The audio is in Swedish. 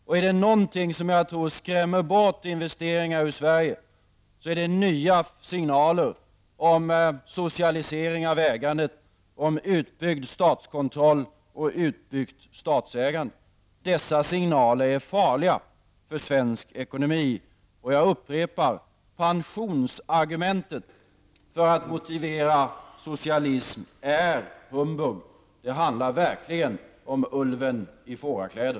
Om det är något som jag tror skrämmer bort investeringar ur Sverige så är det nya signaler om socialisering av ägandet, om utbyggd statskontroll och utbyggt statsägande. Dessa signaler är farliga för svensk ekonomi. Och jag upprepar: Pensionsargumentet för att motivera socialism är humbug. Det handlar verkligen om ulven i fårakläder.